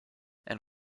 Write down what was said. and